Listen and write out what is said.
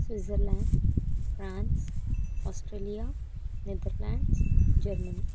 Switzerland France Australia Netherlands Germany